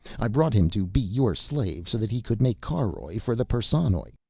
i brought him to be your slave so that he could make caroj for the perssonoj.